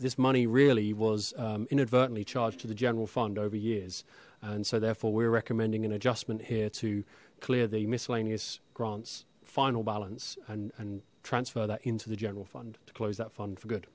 this money really was inadvertently charged to the general fund over years and so therefore we were recommending an adjustment here to clear the miscellaneous grants final balance and and transfer that into the general fund